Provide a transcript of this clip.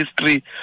history